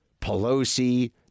Pelosi